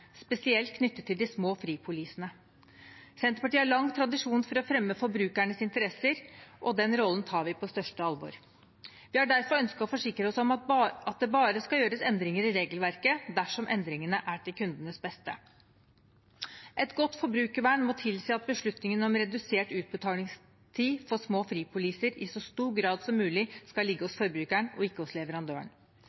spesielt knyttet til de små fripolisene. Senterpartiet har lang tradisjon for å fremme forbrukernes interesser, og den rollen tar vi på største alvor. Vi har derfor ønsket å forsikre oss om at det bare skal gjøres endringer i regelverket dersom endringene er til kundenes beste. Et godt forbrukervern må tilsi at beslutningen om redusert utbetalingstid for små fripoliser i så stor grad som mulig skal ligge hos